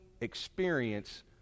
experience